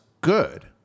good